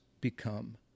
become